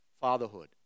fatherhood